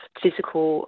physical